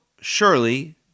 surely